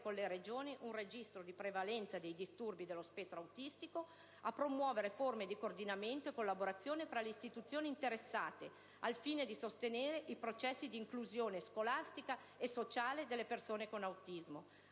con le Regioni, un registro di prevalenza dei disturbi dello spettro autistico; a promuovere forme di coordinamento e collaborazione tra le istituzioni interessate al fine di sostenere i processi di inclusione scolastica e sociale delle persone con autismo;